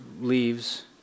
leaves